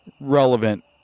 relevant